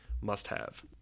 must-have